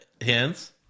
hands